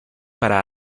para